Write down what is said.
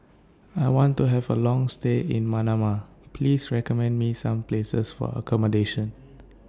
I want to Have A Long stay in Manama Please recommend Me Some Places For accommodation